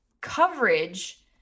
coverage